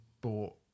bought